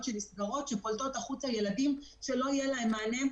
שנסגרות ופולטות החוצה ילדים שלא יהיה להם מענה.